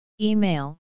Email